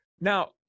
Now